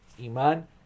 Iman